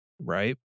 right